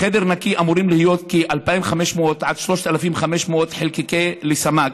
בחדר נקי אמורים להיות כ-2,500 עד 3,500 חלקיקים לסמ"ק,